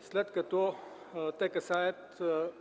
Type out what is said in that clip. след като те касаят